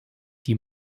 die